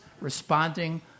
responding